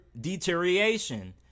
deterioration